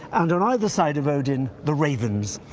and and either side of odin the ravens.